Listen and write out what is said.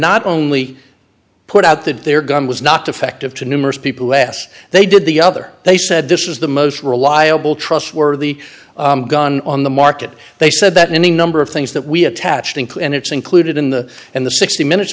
not only put out that their gun was not defective to numerous people less they did the other they said this was the most reliable trustworthy gun on the market they said that any number of things that we attached and it's included in the and the sixty minutes